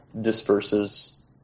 disperses